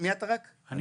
לחירום,